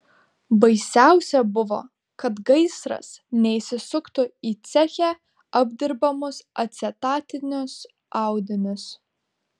baisiausia buvo kad gaisras neįsisuktų į ceche apdirbamus acetatinius audinius